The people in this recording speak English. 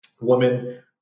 woman